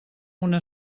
una